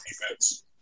defense